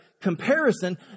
comparison